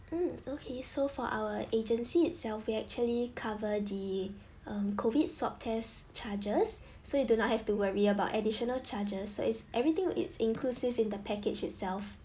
um okay so for our agency itself we actually cover the um COVID swab test charges so you do not have to worry about additional charges so it's everything it's inclusive in the package itself